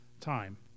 time